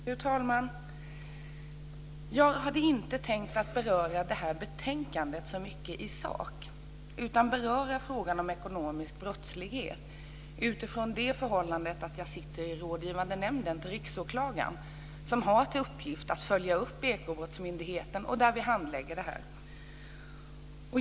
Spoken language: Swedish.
Fru talman! Jag hade inte tänkt beröra betänkandet så mycket i sak. Jag har i stället tänkt beröra frågan om ekonomisk brottslighet utifrån förhållandet att jag sitter i Rådgivande nämnden till Riksåklagaren. Den har till uppgift att följa upp Ekobrottsmyndigheten och handlägga det hela.